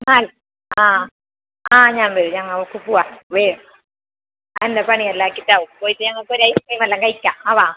ആ ഞാൻ വരും ഞങ്ങൾക്ക് പോവാം എൻ്റെ പണിയെല്ലാം ആക്കിയിട്ട് ആവും പോയിട്ട് ഞങ്ങൾക്ക് ഒരു ഐസ് ക്രീം എല്ലാം കഴിക്കാം ആ വാ